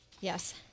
Yes